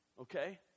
okay